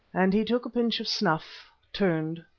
and he took a pinch of snuff, turned,